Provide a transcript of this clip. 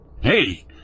Hey